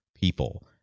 people